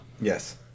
Yes